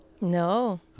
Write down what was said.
no